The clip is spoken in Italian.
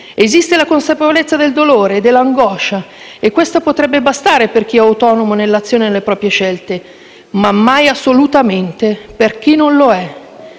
Esiste la consapevolezza del dolore e dell'angoscia e questa potrebbe bastare per chi è autonomo nell'azione e nelle proprie scelte, ma mai, assolutamente, per chi non lo è.